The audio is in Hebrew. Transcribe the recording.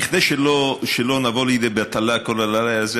כדי שלא נבוא לכדי בטלה כל הלילה הזה,